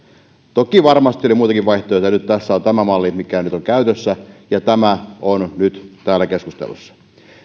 toki varmasti oli muitakin vaihtoehtoja nyt tässä on tämä malli mikä nyt on käytössä ja tämä on nyt täällä keskustelussa